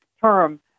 term